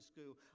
school